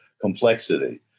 complexity